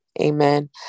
Amen